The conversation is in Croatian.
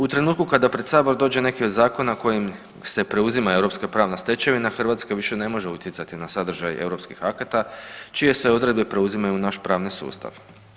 U trenutku kada pred sabor dođe neki od zakona kojim se preuzima europska pravna stečevina Hrvatska više ne može utjecati na sadržaj europskih akata čije se odredbe preuzimaju u naš pravni sustav.